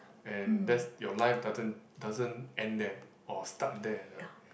and that's your life doesn't doesn't end there or start there right